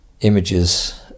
images